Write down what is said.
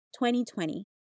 2020